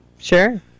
Sure